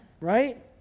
Right